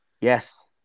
yes